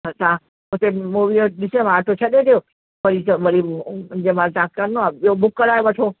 हा तव्हां हुते मूवी वटि ऑटो छॾे ॾियो वरी सां वरी जंहिं महिल तव्हांखे करिणो आहे ॿियो बुक कराए वठो